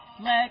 let